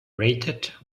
rated